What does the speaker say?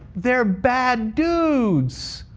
they're bad dudes.